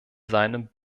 seinem